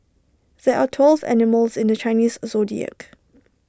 there are twelve animals in the Chinese Zodiac